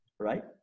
right